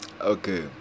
okay